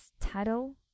title